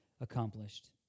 accomplished